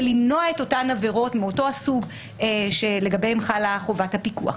למנוע את אותן עבירות מאותו הסוג לגביהן חלה חובת הפיקוח.